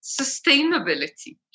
sustainability